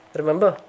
remember